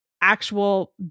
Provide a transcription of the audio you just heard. actual